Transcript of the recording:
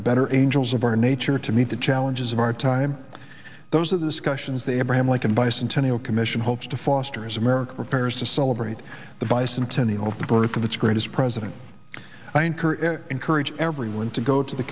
the better angels of our nature to meet the challenges of our time those of the scotians the abraham lincoln bicentennial commission hopes to foster as america prepares to celebrate the bicentennial of the birth of its greatest president i encourage encourage everyone to go to the